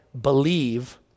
believe